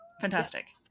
Fantastic